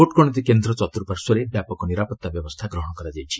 ଭୋଟ୍ଗଣତି କେନ୍ଦ୍ର ଚର୍ତ୍ତୁପାର୍ଶ୍ୱରେ ବ୍ୟାପକ ନିରାପତ୍ତା ବ୍ୟବସ୍ଥା ଗ୍ରହଣ କରାଯାଇଛି